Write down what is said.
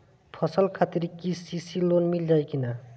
फसल खातिर के.सी.सी लोना मील जाई किना?